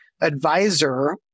advisor